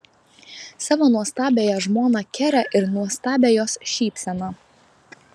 savo nuostabiąją žmoną kerę ir nuostabią jos šypseną